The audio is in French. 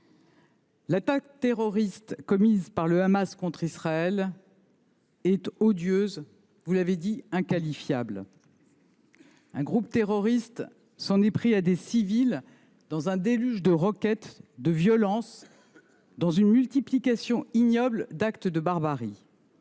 l’attaque terroriste commise par le Hamas contre Israël est odieuse et – vous l’avez dit – inqualifiable. Un groupe terroriste s’en est pris à des civils, provoquant un déluge de roquettes et de violences, se livrant à une multiplication ignoble d’actes de barbarie.